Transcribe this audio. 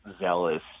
zealous